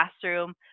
classroom